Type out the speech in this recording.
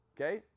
okay